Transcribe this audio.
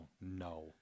no